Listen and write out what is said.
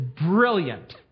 brilliant